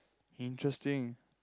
interesting